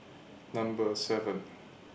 Number seven